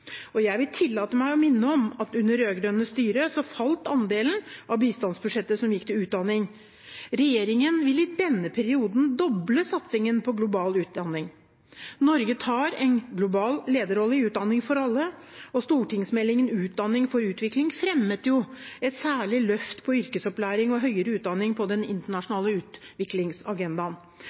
Jeg vil tillate meg å minne om at under det rød-grønne styret falt andelen av bistandsbudsjettet som gikk til utdanning. Regjeringen vil i denne perioden doble satsingen på global utdanning. Norge tar en global lederrolle i utdanning for alle. Stortingsmeldingen «Utdanning for utvikling» fremmet et særlig løft for yrkesopplæring og høyere utdanning på den internasjonale utviklingsagendaen.